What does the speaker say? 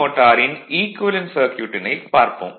மோட்டாரின் ஈக்குவேலன்ட் சர்க்யூட்டினைப் பார்ப்போம்